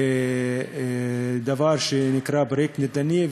לדבר שנקרא פרויקט נדל"ני,